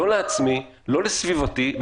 לא לעצמי ולא לסביבתי.